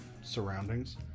surroundings